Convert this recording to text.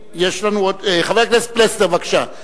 חבר הכנסת פלסנר, בבקשה.